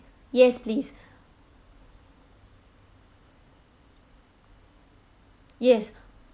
yes please yes